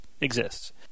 exists